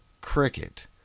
cricket